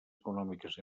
econòmiques